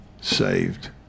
saved